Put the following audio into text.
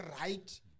right